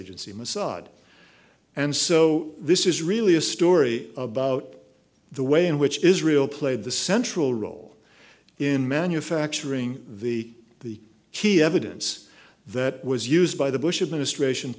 agency mossad and so this is really a story about the way in which israel played the central role in manufacturing the key evidence that was used by the bush administration